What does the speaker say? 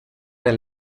del